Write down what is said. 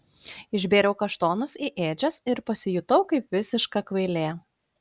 išbėriau kaštonus į ėdžias ir pasijutau kaip visiška kvailė